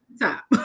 top